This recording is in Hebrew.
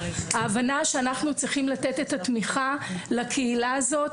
ההבנה שאנחנו צריכים לתת את התמיכה לקהילה הזו,